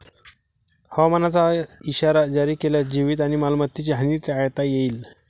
हवामानाचा इशारा जारी केल्यास जीवित आणि मालमत्तेची हानी टाळता येईल